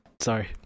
Sorry